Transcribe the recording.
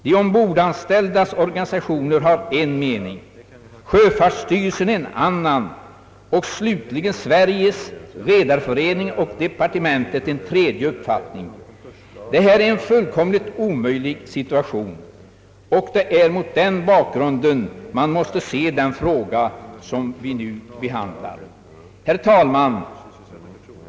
De ombordanställdas organisationer har en mening, sjöfartsstyrelsen en annan och slutligen Sveriges redareförening och kommunikationsdepartementet en tredje uppfattning. Det är en fullkomligt omöjlig situation, och det är mot den bakgrunden man måste se den fråga som vi nu behandlar. Herr talman!